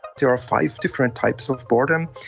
there are five different types of boredom,